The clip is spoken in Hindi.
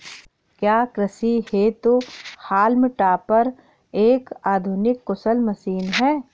क्या कृषि हेतु हॉल्म टॉपर एक आधुनिक कुशल मशीन है?